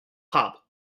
hop